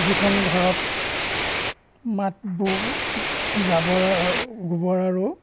যিখন ঘৰত মাত বু জাবৰ গোবৰ আৰু